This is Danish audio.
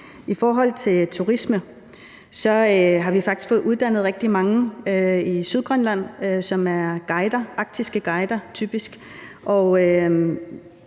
I forhold til turisme har vi faktisk fået uddannet rigtig mange i Sydgrønland, som typisk er arktiske guider,